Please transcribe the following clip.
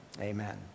Amen